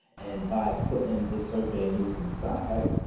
and by put in this survey and news in site,